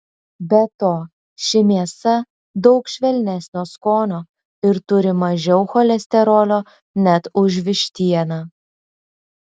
be to ši mėsa daug švelnesnio skonio ir turi mažiau cholesterolio net už vištieną